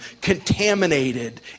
contaminated